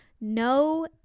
no